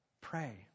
Pray